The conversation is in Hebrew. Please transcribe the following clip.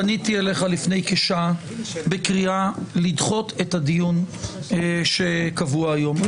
פניתי אליך לפני כשעה בקריאה לדחות את הדיון שקבוע היום.